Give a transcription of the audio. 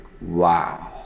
wow